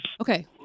Okay